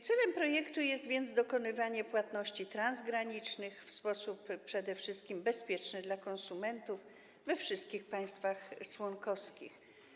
Celem projektu jest więc dokonywanie płatności transgranicznych w sposób przede wszystkim bezpieczny dla konsumentów we wszystkich państwach członkowskich.